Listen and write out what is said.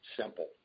simple